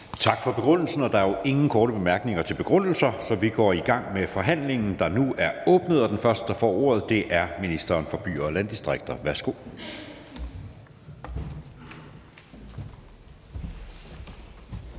Tak for begrundelsen, og der er jo ingen korte bemærkninger til begrundelser, så vi går i gang med forhandlingen, der nu er åbnet. Den første, der får ordet, er ministeren for byer og landdistrikter. Værsgo.